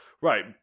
right